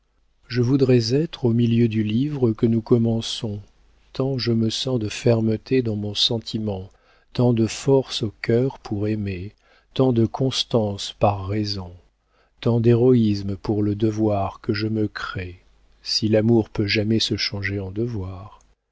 je voudrais être au milieu du livre que nous commençons tant je me sens de fermeté dans mon sentiment tant de force au cœur pour aimer tant de constance par raison tant d'héroïsme pour le devoir que je me crée si l'amour peut jamais se changer en devoir